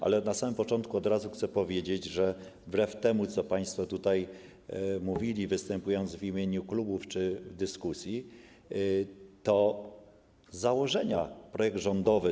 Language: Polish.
Ale na samym początku od razu chcę powiedzieć, że wbrew temu, co państwo tutaj mówili, występując w imieniu klubów czy w ramach dyskusji, z założenia projekt rządowy